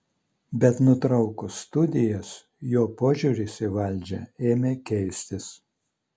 bet nutraukus studijas jo požiūris į valdžią ėmė keistis